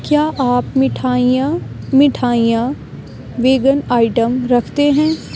کیا آپ مٹھائیاں مٹھائیاں ویگن آئٹم رکھتے ہیں